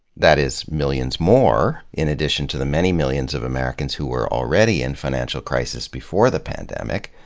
that is millions more, in addition to the many millions of americans who were already in financial crisis before the pandemic,